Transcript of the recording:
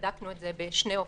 בדקנו את זה בשני אופנים: